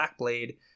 Blackblade